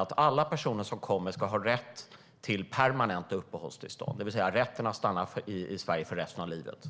att alla personer som kommer hit ska ha rätt till permanenta uppehållstillstånd, det vill säga rätt att stanna i Sverige för resten av livet.